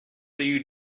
you